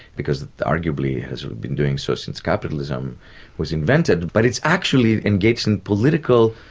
because it arguably has been doing so since capitalism was invented, but it's actually engaged in political.